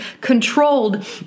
controlled